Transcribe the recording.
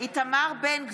איתמר בן גביר,